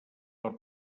per